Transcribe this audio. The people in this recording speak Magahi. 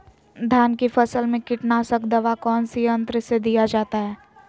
धान की फसल में कीटनाशक दवा कौन सी यंत्र से दिया जाता है?